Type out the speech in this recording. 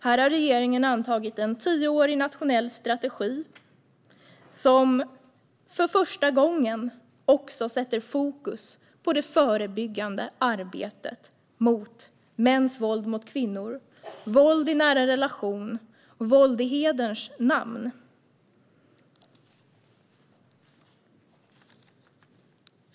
Här har regeringen antagit en tioårig nationell strategi, som för första gången sätter fokus på det förebyggande arbetet mot mäns våld mot kvinnor, våld i nära relation och våld i hederns namn.